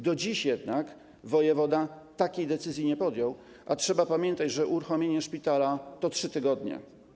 Do dziś jednak wojewoda takiej decyzji nie podjął, a trzeba pamiętać, że uruchomienie szpitala to 3 tygodnie.